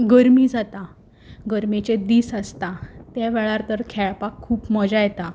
गर्मी जाता गर्मेचे दीस आसता ते वेळार तर खेळपाक खूब मजा येता